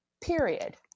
period